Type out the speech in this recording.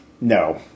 No